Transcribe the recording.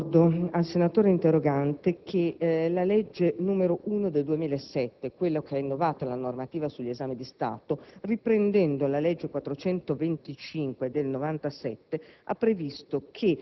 ricordo al senatore interrogante che la legge n. 1 del 2007, quella che ha innovato la normativa sugli esami di Stato, riprendendo la legge n. 425 del 1997,